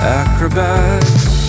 acrobats